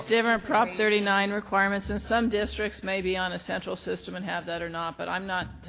different prop. thirty nine requirements and some districts may be on a central system and have that or not, but i'm not